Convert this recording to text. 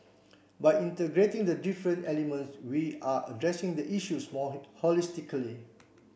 by integrating the different elements we are addressing the issues more holistically